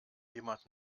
jemand